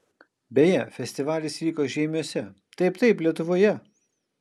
beje festivalis vyko žeimiuose taip taip lietuvoje